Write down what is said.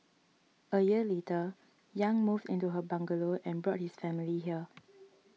a year later Yang moved into her bungalow and brought his family here